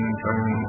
turn